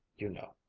you know.